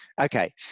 Okay